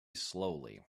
slowly